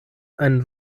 einen